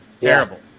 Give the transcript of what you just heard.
Terrible